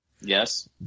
Yes